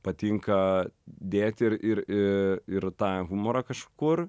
patinka dėt ir ir ir tą humorą kažkur